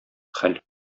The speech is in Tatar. хәл